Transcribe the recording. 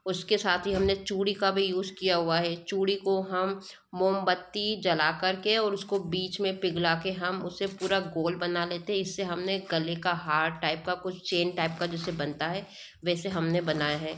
उसके साथ ही हम ने चूड़ी का भी यूज़ किया हुआ है चूड़ी को हम मोमबत्ती जला कर के और उसको बीच में पिघला के हम उसे पूरा गोल बना लेते है इस से हम ने गले का हार टाइप का कुछ चैन टाइप का जैसे बनता है वैसे हम ने बनाया है